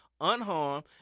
unharmed